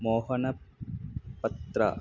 मोहन पत्र